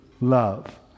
love